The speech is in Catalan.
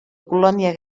colònia